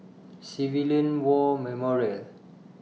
Civilian War Memorial